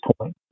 point